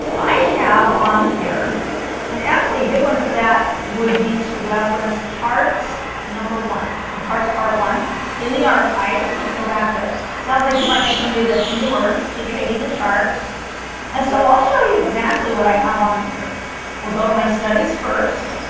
i have on here and actually a good one for that would be two reference charts number one or charts part one in the archives if you go back there it sounds like you might be somebody that's newer to trading the charts and so i'll show you exactly what i have on here we'll go to my studies first